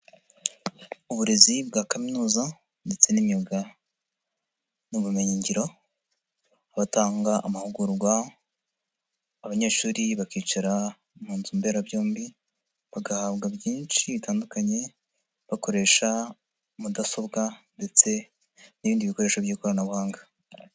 Uburezi bwa kaminuza ndetse n'imyuga n'ubumenyi ngiro, batanga amahugurwa, abanyeshuri bakicara mu nzu mberabyombi, bagahabwa byinshi bitandukanye, bakoresha mudasobwa ndetse n'ibindi bikoresho by'ikoranabuhanga.